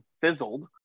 fizzled